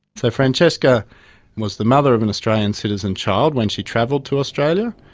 so francesca was the mother of an australian citizen child when she travelled to australia.